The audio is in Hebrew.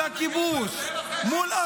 מול הכיבוש,